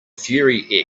fury